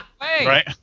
Right